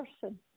person